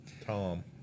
Tom